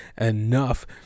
enough